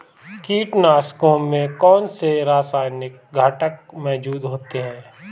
कीटनाशकों में कौनसे रासायनिक घटक मौजूद होते हैं?